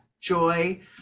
joy